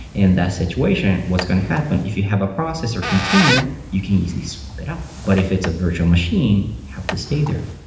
in that situation, what's going to happen? if you have a processor container, you can easily sort of it out. but if it's a virtual machine, it have to stay there.